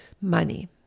Money